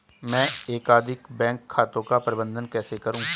मैं एकाधिक बैंक खातों का प्रबंधन कैसे करूँ?